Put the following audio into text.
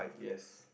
yes